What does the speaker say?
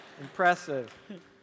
Impressive